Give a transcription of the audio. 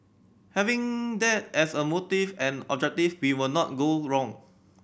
having that as a motive and objective we will not go wrong